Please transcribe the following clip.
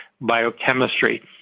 biochemistry